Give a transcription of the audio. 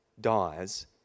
dies